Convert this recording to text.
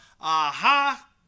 Aha